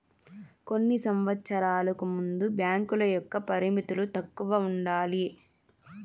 కొన్ని సంవచ్చరాలకు ముందు బ్యాంకుల యొక్క పరిమితులు తక్కువ ఉండాలి